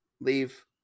Leave